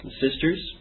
Sisters